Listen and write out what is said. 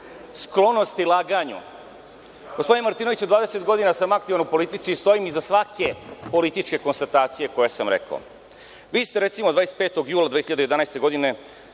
sklonosti laganju, gospodine Martinoviću, 20 godina sam aktivan u politici i stojim iza svake političke konstatacije koju sam rekao. Vi ste recimo, 25. jula 2011. godine,